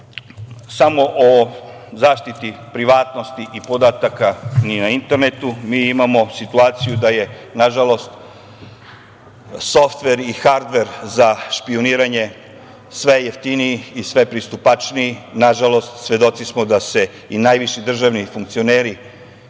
samo o zaštiti privatnosti i podataka na internetu. Mi imamo situaciju da su, nažalost, softver i hardver za špijuniranje sve jeftiniji i sve pristupačniji. Nažalost, svedoci smo da se najviši državni funkcioneri